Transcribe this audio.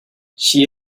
she